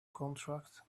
contract